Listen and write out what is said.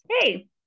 hey